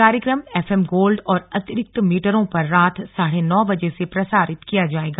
कार्यक्रम F M Gold और अतिरिक्त मीटरों पर रात साढ़े नौ बजे से प्रसारित किया जायेगा